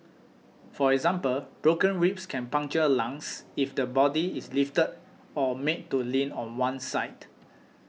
for example broken ribs can puncture lungs if the body is lifted or made to lean on one side